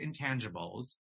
intangibles